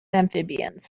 amphibians